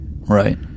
right